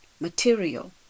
material